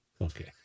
Okay